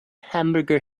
hamburger